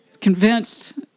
convinced